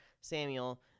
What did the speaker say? Samuel